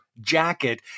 jacket